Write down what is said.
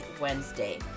Wednesday